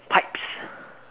pipes